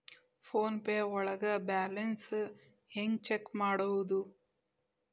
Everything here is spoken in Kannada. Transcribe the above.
ಫೋನ್ ಪೇ ಒಳಗ ಬ್ಯಾಲೆನ್ಸ್ ಹೆಂಗ್ ಚೆಕ್ ಮಾಡುವುದು?